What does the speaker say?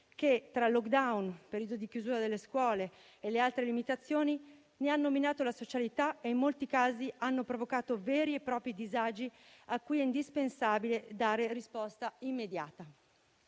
che, tra *lockdown*, periodo di chiusura delle scuole e altre limitazioni, ne hanno minato la socialità e in molti casi hanno provocato veri e propri disagi, a cui è indispensabile dare risposta immediata.